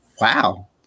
Wow